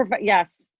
Yes